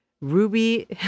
Ruby